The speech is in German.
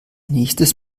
nächstes